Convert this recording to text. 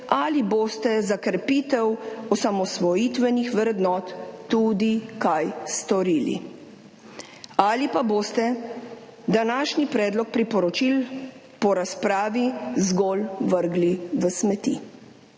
ali boste za krepitev osamosvojitvenih vrednot tudi kaj storili ali pa boste današnji predlog priporočil po razpravi zgolj vrgli v smeti.